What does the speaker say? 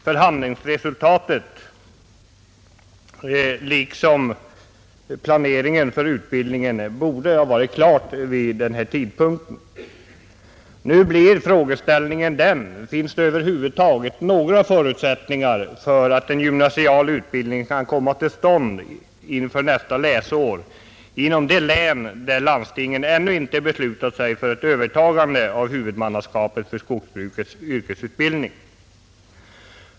Förhandlingsresultatet och planeringen för utbildningen borde ha varit klara vid denna tidpunkt. Nu blir frågan den: Finns det över huvud taget några förutsättningar för att en gymnasial utbildning kan komma till stånd inför nästa läsår inom de län där landstingen ännu inte beslutat sig för ett övertagande av huvudmannaskapet för skogsbrukets yrkesutbildning?